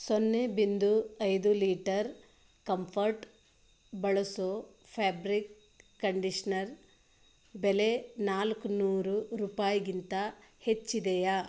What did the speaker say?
ಸೊನ್ನೆ ಬಿಂದು ಐದು ಲೀಟರ್ ಕಂಫರ್ಟ್ ಬಳಸೋ ಫ್ಯಾಬ್ರಿಕ್ ಕಂಡೀಷ್ನರ್ ಬೆಲೆ ನಾಲ್ಕುನೂರು ರೂಪಾಯಿಗಿಂತ ಹೆಚ್ಚಿದೆಯಾ